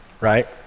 right